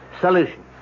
solution